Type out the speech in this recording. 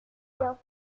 bien